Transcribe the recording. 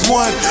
one